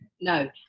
No